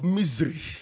misery